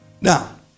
Now